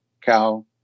cow